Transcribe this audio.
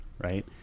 right